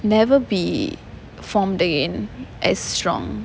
never be formed again as strong